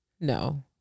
No